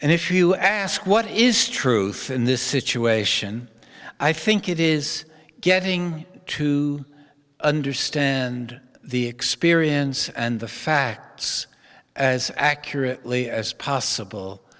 and if you ask what is truth in this situation i think it is getting to understand the experience and the facts as accurately as possible